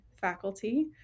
faculty